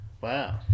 Wow